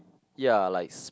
yea likes